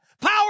power